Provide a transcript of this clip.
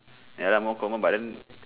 ya lah more common but then